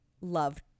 love